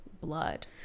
blood